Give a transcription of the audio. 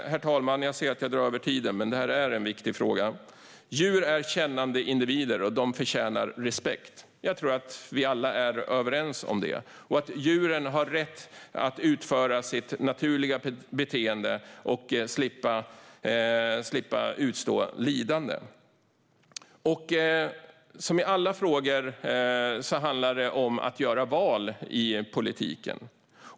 Herr talman! Jag ser att jag drar över tiden, men det här är en viktig fråga. Djur är kännande individer, och de förtjänar respekt. Jag tror att vi alla är överens om det, liksom om att djuren har rätt att utföra sitt naturliga beteende och slippa utstå lidande. Som i alla frågor handlar det om att göra val i politiken.